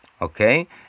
Okay